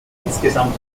insgesamt